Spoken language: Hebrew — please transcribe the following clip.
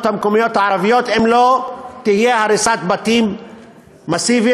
המקומיות הערביות אם לא תהיה הריסת בתים מסיבית,